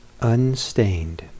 unstained